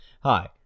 hi